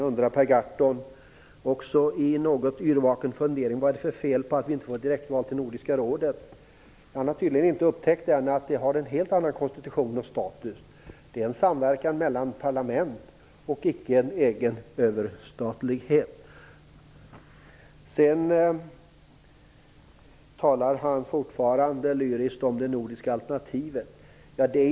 Per Gahrton har också en något yrvaken fundering över vad det är för fel på förslaget om direktval till Nordiska rådet. Han har tydligen ännu inte upptäckt att Nordiska rådet har en helt annan konstitution och status än Europeiska unionen. Nordiska rådet är ett samverkansorgan mellan parlament och har ingen egen överstatlighet. Fortfarande talar Per Gahrton lyriskt om det nordiska alternativet.